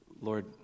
Lord